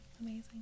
amazing